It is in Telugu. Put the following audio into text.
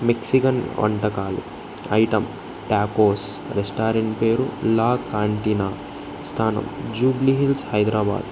మెక్సికన్ వంటకాలు ఐటమ్ టాకోస్ రెస్టారెంట్ పేరు లా కాంటినా స్థానం జూబ్లీహిల్స్ హైదరాబాద్